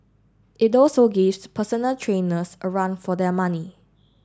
it also gives personal trainers a run for their money